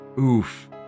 oof